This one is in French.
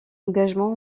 engagement